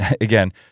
again